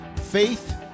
faith